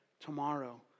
tomorrow